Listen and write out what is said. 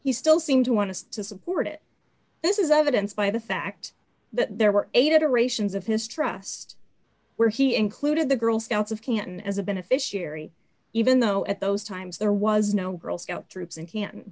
he still seemed to want to support it this is evidence by the fact that there were eight adorations of his trust where he included the girl scouts of canton as a beneficiary even though at those times there was no girl scout troops in can